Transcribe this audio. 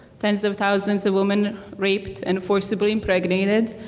tens of thousands of women raped and forcibly impregnated.